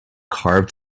carved